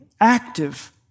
active